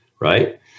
right